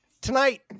tonight